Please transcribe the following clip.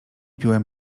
piłem